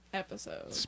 episode